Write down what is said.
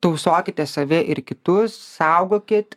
tausokite save ir kitus saugokit